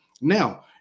Now